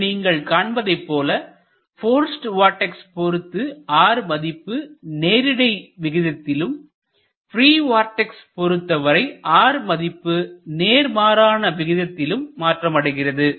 இங்கு நீங்கள் காண்பதைப் போல போர்சிடு வொர்ட்ஸ் பொருத்தவரை r மதிப்பு நேரிடை விகிதத்திலும் ப்ரீ வார்டெக்ஸ் பொருத்தவரை r மதிப்பு நேர்மாறான விகிதத்திலும் மாற்றமடைகிறது